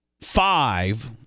five